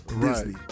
Disney